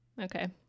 Okay